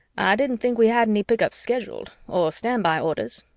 i didn't think we had any pick-ups scheduled. or stand-by orders.